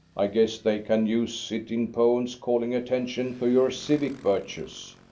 i guess they can use it in poems calling attention to your civic virtues.